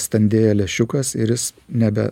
standėja lęšiukas ir jis nebe